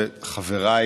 חבריי